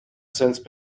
since